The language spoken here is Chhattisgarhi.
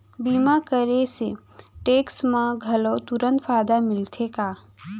बीमा करे से टेक्स मा घलव तुरंत फायदा मिलथे का?